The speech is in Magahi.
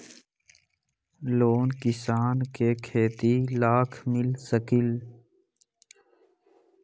लोन किसान के खेती लाख मिल सकील?